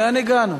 לאן הגענו?